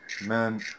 man